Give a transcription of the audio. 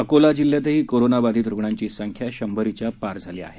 अकोला जिल्ह्यातही कोरोनाबाधित रुग्णांची संख्या शंभरीच्या पार केली आहे